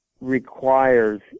requires